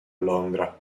londra